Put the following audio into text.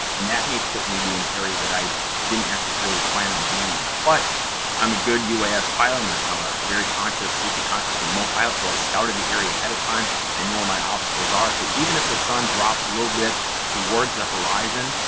and that may put me into an area that i didn't necessarily plan on being in. but i'm a good uas pilot. i'm a very conscious, safety conscious, remote pilot, so i scouted the area ahead of time. i know where my obstacles are. so, even if the sun drops a little bit towards the horizon,